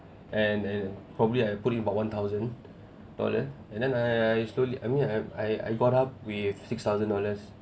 and and probably I put in about one thousand dollar and then I I slowly I mean I I got up with six thousand dollars